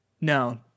No